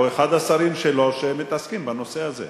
או אחד השרים שלו שמתעסק בנושא הזה.